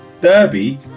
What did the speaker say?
Derby